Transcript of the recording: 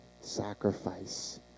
sacrifice